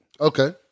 Okay